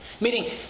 Meaning